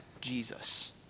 Jesus